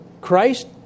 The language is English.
Christ